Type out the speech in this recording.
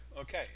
Okay